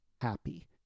happy